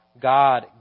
God